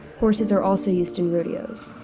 horses are also used in rodeos.